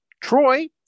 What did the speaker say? Troy